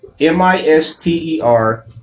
M-I-S-T-E-R